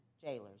jailers